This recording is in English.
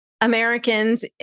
Americans